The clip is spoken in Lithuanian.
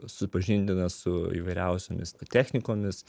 supažindina su įvairiausiomis technikomis